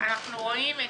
אנחנו רואים את